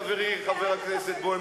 חברי חבר הכנסת בוים.